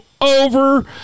over